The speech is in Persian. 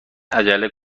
عجله